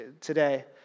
today